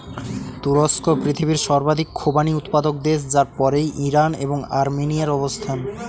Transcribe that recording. তুরস্ক পৃথিবীর সর্বাধিক খোবানি উৎপাদক দেশ যার পরেই ইরান এবং আর্মেনিয়ার অবস্থান